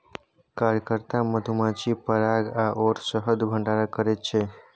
कार्यकर्ता मधुमाछी पराग आओर शहदक भंडारण करैत छै